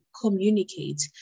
communicate